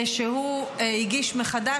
שהוא הגיש מחדש,